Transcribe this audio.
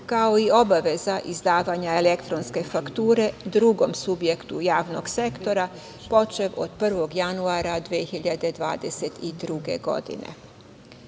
kao i obaveza izdavanja elektronske fakture drugom subjektu javnog sektora, počev od 1. januara 2022. godine. Treći